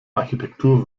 architektur